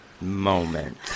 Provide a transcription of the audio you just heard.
moment